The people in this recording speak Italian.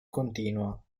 continua